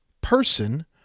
person